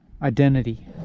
Identity